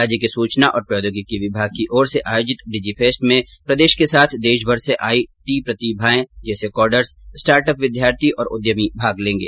राज्य के सूचना और प्रौद्योगिकी विभाग की ओर से आयोजित डिजीफेस्ट में प्रदेश के साथ देशभर से आई टी प्रतिभाए जैसे कोडर्स स्टार्टअप विद्यार्थी और उद्यमी भाग लेंगे